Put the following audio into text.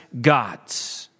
gods